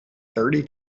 thirty